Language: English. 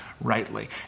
rightly